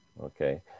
Okay